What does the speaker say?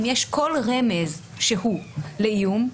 אם יש רמז כלשהו לאיום,